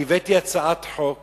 הבאתי הצעת חוק